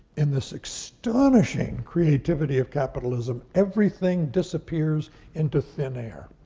in this astonishing creativity of capitalism, everything disappears into thin air.